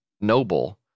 noble